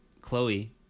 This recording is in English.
Chloe